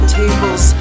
tables